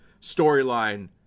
storyline